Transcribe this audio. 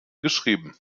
geschrieben